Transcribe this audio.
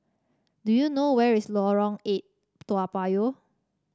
do you know where is Lorong Eight Toa Payoh